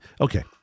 okay